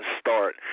start